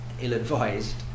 ill-advised